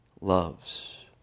loves